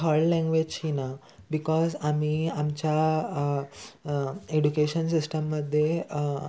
third language ही ना because आमी आमच्या एड्युकेशन सिस्टम मद्ये